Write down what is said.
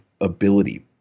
ability